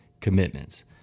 commitments